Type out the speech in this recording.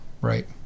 right